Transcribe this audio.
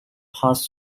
past